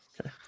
Okay